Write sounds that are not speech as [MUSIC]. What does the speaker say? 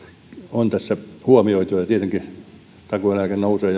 on tässä huomioitu ja tietenkin takuueläke nousee [UNINTELLIGIBLE]